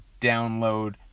download